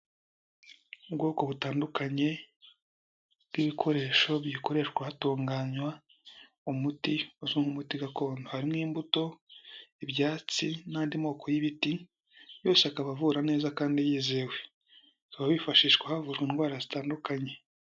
Ubwoko butandukanye bw'ibikoresho bikoreshwa hatunganywa umuti uzwi nk'umuti gakondo, harimo imbuto, ibyatsi n'andi moko y'ibiti, yose akaba avura neza kandi yizewe. Akaba wifashishwa havurwa indwara zitandukanye.